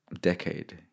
decade